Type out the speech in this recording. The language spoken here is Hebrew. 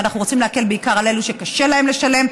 ואנחנו רוצים להקל בעיקר על אלה שקשה להם לשלם.